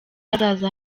hazaza